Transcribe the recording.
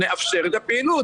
נאפשר את הפעילות,